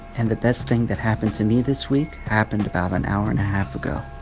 and the best thing that happened to me this week happened about an hour and a half ago.